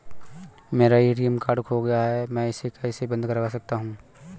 मेरा ATM card खो गया है मैं इसे कैसे बंद करवा सकता हूँ?